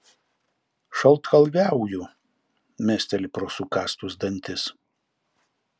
šaltkalviauju mesteli pro sukąstus dantis